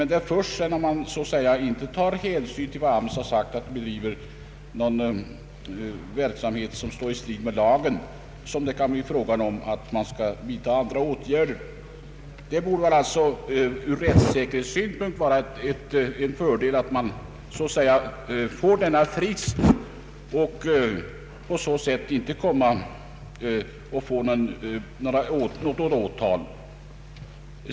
Det är först efter det att man inte tar hänsyn till vad AMS sagt — att man driver en verksamhet som står i strid med lagen — som det kan bli fråga om att vidta andra åtgärder. Det borde alltså ur rättssäkerhetssynpunkt vara en fördel att man får denna frist och på så sätt slipper åtal.